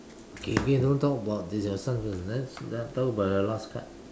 okay okay don't talk about this ah start first let's talk about your last card